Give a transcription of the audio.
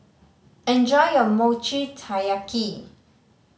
enjoy your Mochi Taiyaki